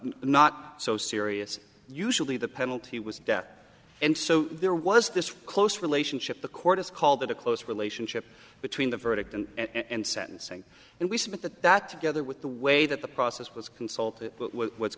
not so serious usually the penalty was death and so there was this close relationship the court has called it a close relationship between the verdict and sentencing and we submit that that together with the way that the process was consulted w